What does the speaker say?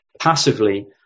passively